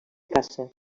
caça